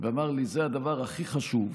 ואמר לי: זה הדבר הכי חשוב,